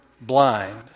blind